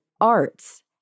arts